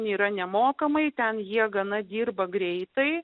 nėra nemokamai ten jie gana dirba greitai